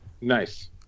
Nice